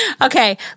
Okay